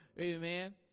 Amen